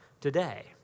today